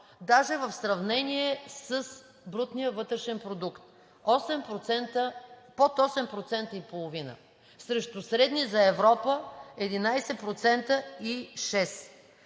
даже в сравнение с брутния вътрешен продукт – под 8,5%, срещу средни за Европа 11,6%.